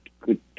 good